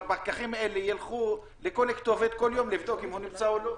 שהפקחים האלה ילכו לכל כתובת כל יום לבדוק אם האדם נמצא או לא.